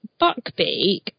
Buckbeak